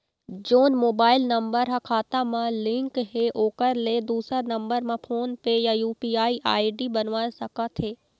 जोन mobile number हा खाता मा लिन्क हे ओकर ले दुसर नंबर मा फोन पे या यू.पी.आई आई.डी बनवाए सका थे?